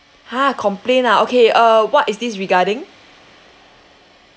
!huh! complain ah okay uh what is this regarding